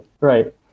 right